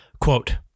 Quote